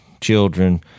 children